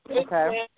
Okay